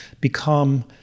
become